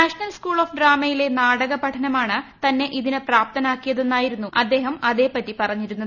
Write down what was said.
national school of ഡ്രാമയിലെ നാടകപഠനമാണ് തന്നെ ഇതിന് പ്രാപ്തനാക്കിയതെന്നായിരുന്നു അദ്ദേഹം അതേപ്പറ്റി പറഞ്ഞിരുന്നത്